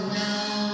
now